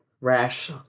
rash